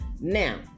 Now